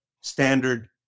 standard